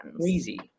crazy